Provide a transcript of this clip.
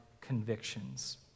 convictions